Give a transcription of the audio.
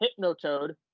Hypnotoad